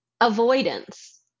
avoidance